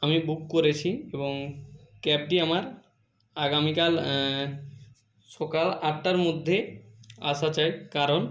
আমি বুক করেছি এবং ক্যাবটি আমার আগামীকাল সকাল আটটার মধ্যে আসা চাই কারণ